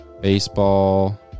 Baseball